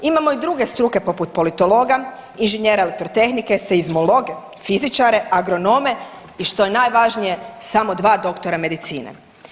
Imamo i druge struke poput politologa, inženjera elektrotehnike, seizmologe, fizičare, agronome i što je najvažnije samo dva doktora medicine.